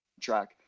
track